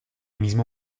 mismo